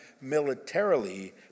militarily